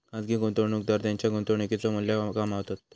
खाजगी गुंतवणूकदार त्येंच्या गुंतवणुकेचा मू्ल्य कमावतत